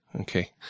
okay